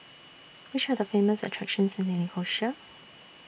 Which Are The Famous attractions in Nicosia